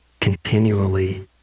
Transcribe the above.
continually